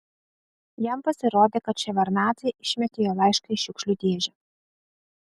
jam pasirodė kad ševardnadzė išmetė jo laišką į šiukšlių dėžę